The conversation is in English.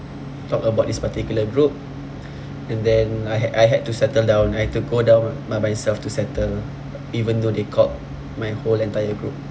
talk about this particular group and then I had I had to settle down I had to go down by myself to settle even though they caught my whole entire group